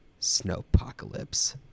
snowpocalypse